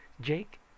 Jake